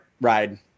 ride